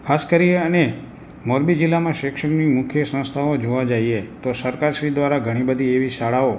ખાસ કરી અને મોરબી જિલ્લામાં શિક્ષણની મુખ્ય સંસ્થાઓ જોવા જઇએ તો સરકારશ્રી દ્વારા ઘણી બધી એવી શાળાઓ